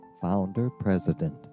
Founder-President